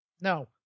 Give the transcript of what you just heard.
No